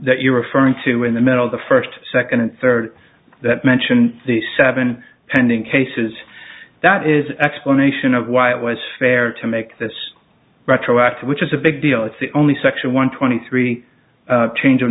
that you're referring to in the middle of the first second and third that mention the seven pending cases that is explanation of why it was fair to make this retroactive which is a big deal it's the only section one twenty three chang